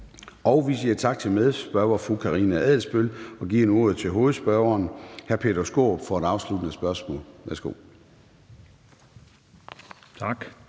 Vi siger tak til medspørger fru Karina Adsbøl og giver nu ordet til hovedspørgeren, hr. Peter Skaarup, for et afsluttende spørgsmål. Værsgo. Kl.